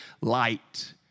light